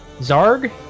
zarg